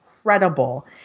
incredible